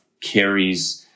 carries